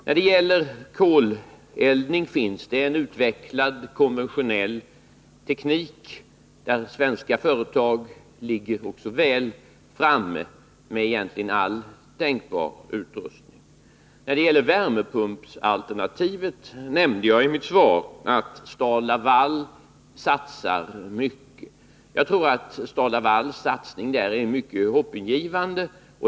När det gäller koleldning finns det en utvecklad konventionell teknik, där svenska företag ligger väl framme med nästan alltänkbar utrustning. När det gäller värmepumpsalternativet nämnde jag i mitt svar att Stal-Laval satsar mycket. Jag tycker att Stal-Lavals satsning här är mycket hoppingivande.